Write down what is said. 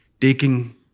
taking